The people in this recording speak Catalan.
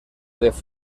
les